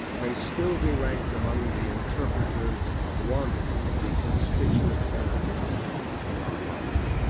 may still be ranked among the interpreters of one of the constituent elements of our life.